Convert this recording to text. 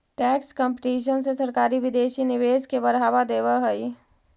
tax competition से सरकारी विदेशी निवेश के बढ़ावा देवऽ हई